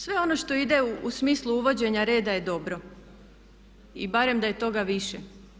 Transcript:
Sve ono što ide u smislu uvođenja reda je dobro i barem da je toga više.